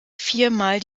viermal